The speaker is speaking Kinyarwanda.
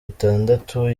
itandatu